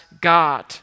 God